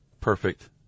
perfect